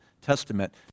testament